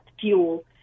fuel